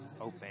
open